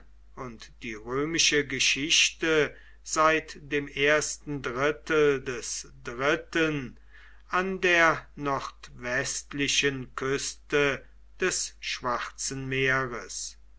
und die römische geschichte seit dem ersten drittel des dritten an der nordwestlichen küste des schwarzen meeres